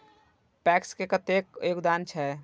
PACS के कतेक योगदान छै?